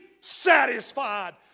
satisfied